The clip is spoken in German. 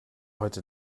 heute